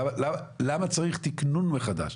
למה צריך תקנון מחדש?